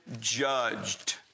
judged